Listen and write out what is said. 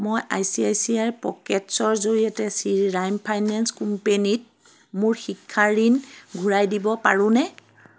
মই I C I C I পকেটছ্ৰ জৰিয়তে শ্ৰীৰাইম ফাইনেন্স কোম্পেনীত মোৰ শিক্ষা ঋণ ঘূৰাই দিব পাৰোঁনে